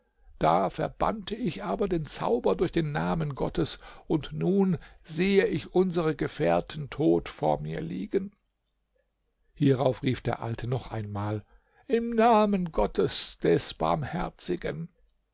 da verbannte ich aber den zauber durch den namen gottes und nun sehe ich unsere gefährten tot vor mir liegen hierauf rief der alte noch einmal im namen gottes des barmherzigen